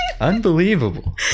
unbelievable